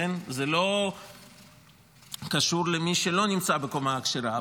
זה לא קשור למי שלא נמצא בקומה הכשרה.